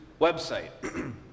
website